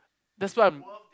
that's why I'm